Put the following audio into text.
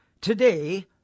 today